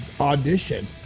audition